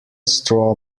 straw